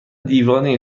دیوانه